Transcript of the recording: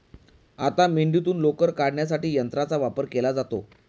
आता मेंढीतून लोकर काढण्यासाठी यंत्राचा वापर केला जातो